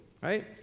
Right